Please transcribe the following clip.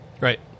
Right